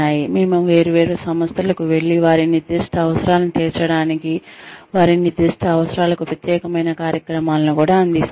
మేము వేర్వేరు సంస్థలకు వెళ్లి వారి నిర్దిష్ట అవసరాలను తీర్చడానికి వారి నిర్దిష్ట అవసరాలకు ప్రత్యేకమైన కార్యక్రమాలను కూడా అందిస్తాము